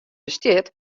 bestiet